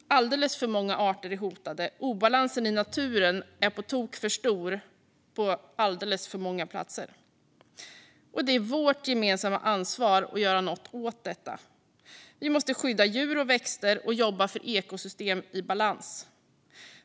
Alldeles för många arter är hotade. Obalansen i naturen är på tok för stor på alldeles för många platser. Det är vårt gemensamma ansvar att göra något åt detta. Vi måste skydda djur och växter och jobba för ekosystem i balans.